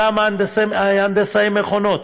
כמה הנדסאי מכונות.